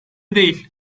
değil